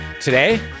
Today